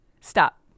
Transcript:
Stop